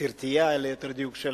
סרטייה, ליתר דיוק, של